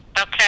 Okay